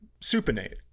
supinate